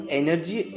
energy